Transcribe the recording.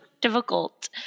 difficult